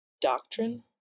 doctrine